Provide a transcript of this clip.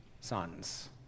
sons